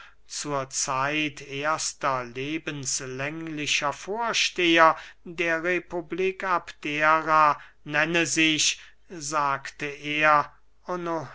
zur zeit erster lebenslänglicher vorsteher der republik abdera nenne sich sagte er